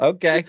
Okay